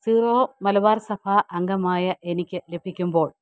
zero Malabar സഭ അംഗമായ എനിക്ക് ലഭിക്കുമ്പോൾ